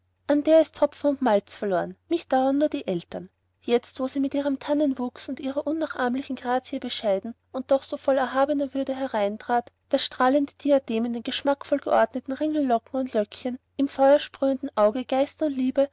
an der ist hopfen und malz verloren mich dauern nur die eltern jetzt wo sie mit ihrem tannenwuchs mit ihrer unnachahmlichen grazie bescheiden und doch voll so erhabener würde hereintrat das strahlende diadem in den geschmackvoll geordneten ringellocken und löckchen im feuersprühenden auge geist und liebe